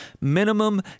minimum